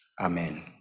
Amen